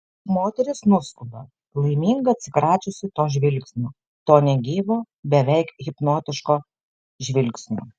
moteris nuskuba laiminga atsikračiusi to žvilgsnio to negyvo beveik hipnotiško žvilgsnio